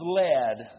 led